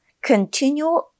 Continue